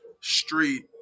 Street